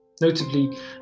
notably